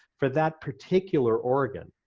for that particular organ,